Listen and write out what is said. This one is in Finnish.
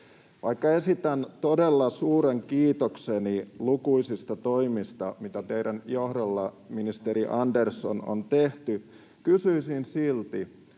Vaikka esitän todella suuren kiitokseni lukuisista toimista, mitä teidän johdollanne, ministeri Andersson, on tehty, kysyisin silti: